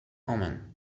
omen